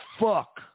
fuck